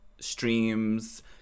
streams